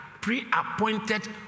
pre-appointed